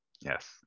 Yes